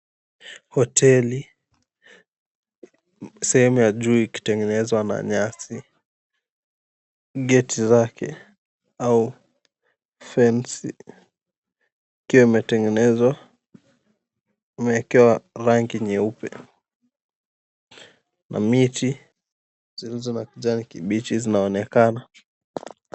Hoteli. Sehemu ya juu ikitengenezwa na nyasi. Geti zake au fensi ikiwa imetengenezwa imewekewa rangi nyeupe na miti zilizo na kijani kibichi zinaonekana.